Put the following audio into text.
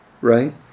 Right